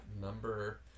number